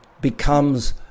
becomes